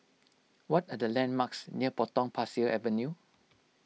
what are the landmarks near Potong Pasir Avenue